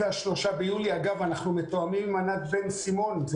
אגב, אנחנו מתואמים עם ענת בן-סימון.